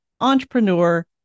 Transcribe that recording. entrepreneur